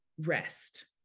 rest